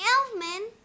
Elfman